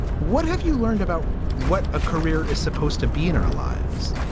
what have you learned about what a career is supposed to be in our lives?